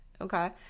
okay